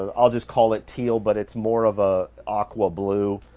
and i'll just call it teal but it's more of a aqua blue